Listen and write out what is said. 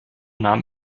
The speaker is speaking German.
nahm